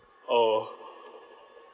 oh